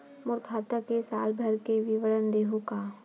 मोर खाता के साल भर के विवरण देहू का?